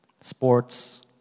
Sports